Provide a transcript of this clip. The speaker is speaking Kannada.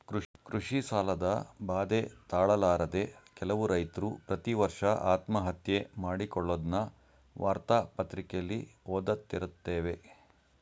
ಕೃಷಿ ಸಾಲದ ಬಾಧೆ ತಾಳಲಾರದೆ ಕೆಲವು ರೈತ್ರು ಪ್ರತಿವರ್ಷ ಆತ್ಮಹತ್ಯೆ ಮಾಡಿಕೊಳ್ಳದ್ನ ವಾರ್ತಾ ಪತ್ರಿಕೆಲಿ ಓದ್ದತಿರುತ್ತೇವೆ